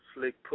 Slick